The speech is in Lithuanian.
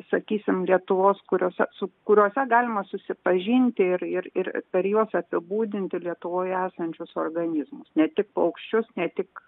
sakysim lietuvos kuriose su kuriuose galima susipažinti ir ir ir per juos apibūdinti lietuvoje esančius organizmus ne tik paukščius ne tik